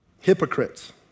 hypocrites